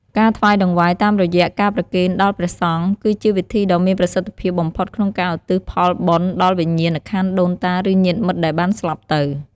ការថ្វាយតង្វាយតាមរយៈការប្រគេនដល់ព្រះសង្ឃ គឺជាវិធីដ៏មានប្រសិទ្ធភាពបំផុតក្នុងការឧទ្ទិសផលបុណ្យ ដល់វិញ្ញាណក្ខន្ធដូនតា ឬញាតិមិត្តដែលបានស្លាប់ទៅ។